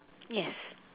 yes